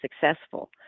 successful